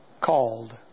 called